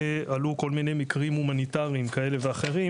עלו כל מיני מקרים הומניטריים כאלה ואחרים,